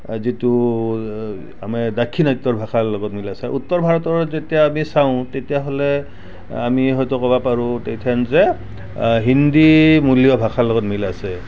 যিটো আমাৰ দাক্ষিণাত্যৰ ভাষাৰ লগত মিল আছে উত্তৰ ভাৰতৰ যেতিয়া আমি চাওঁ তেতিয়াহ'লে আমি হয়তো ক'ব পাৰোঁ তেইখেন যে হিন্দীমূলীয় ভাষাৰ লগত মিল আছে